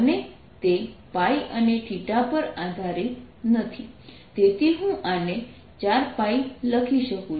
અને તે π અને પર આધારિત નથી તેથી હું આને 4π લખી શકું છું